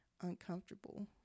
uncomfortable